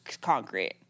concrete